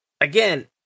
again